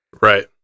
right